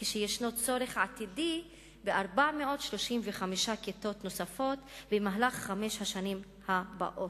כשישנו צורך עתידי ב-435 כיתות נוספות במהלך חמש השנים הבאות.